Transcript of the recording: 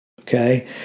okay